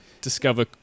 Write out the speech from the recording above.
discover